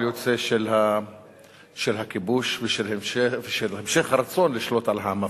יוצא של הכיבוש ושל המשך הרצון לשלוט על העם הפלסטיני.